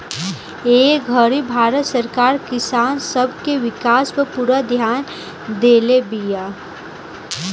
ए घड़ी भारत सरकार किसान सब के विकास पर पूरा ध्यान देले बिया